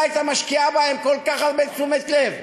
הייתה משקיעה בהם כל כך הרבה תשומת לב,